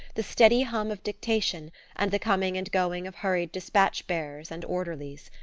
the steady hum of dictation and the coming and going of hurried despatch-bearers and orderlies.